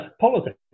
politics